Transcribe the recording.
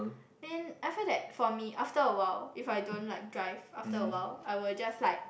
then I feel that for me after a while if I don't like drive after a while I will just like